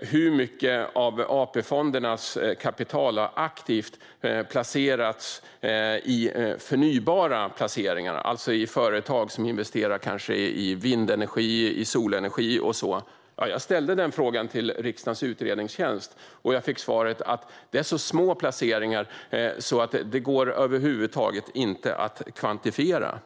hur mycket av AP-fondernas kapital som aktivt har placerats i förnybara placeringar, alltså i företag som placerar i vindenergi, solenergi och så vidare. Jag ställde den frågan till riksdagens utredningstjänst och fick svaret att det är så små placeringar att det inte går att kvantifiera.